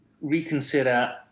reconsider